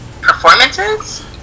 performances